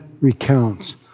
recounts